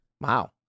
Wow